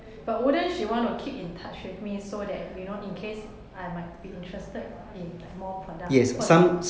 but wouldn't she wanna keep in touch with me so that you know in case I might be interested in like more products [what]